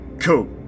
Cool